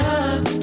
Love